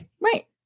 Right